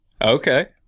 Okay